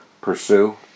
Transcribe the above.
pursue